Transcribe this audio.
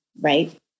right